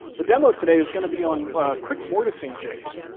the demo today is gonna be on quick mortising jigs